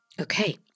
Okay